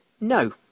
No